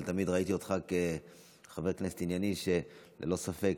תמיד ראיתי אותך כחבר כנסת ענייני שללא ספק